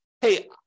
hey